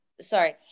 Sorry